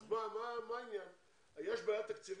יש בעיה תקציבית?